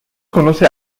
conoce